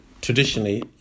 traditionally